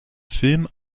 film